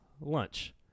lunch